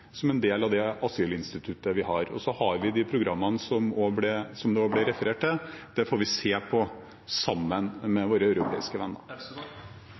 som en del av det asylinstituttet vi har. Så har vi de programmene som det ble referert til. Det får vi se på sammen med våre europeiske venner.